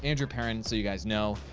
and perrin, so you guys know,